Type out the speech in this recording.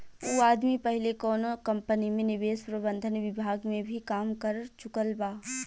उ आदमी पहिले कौनो कंपनी में निवेश प्रबंधन विभाग में भी काम कर चुकल बा